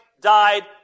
died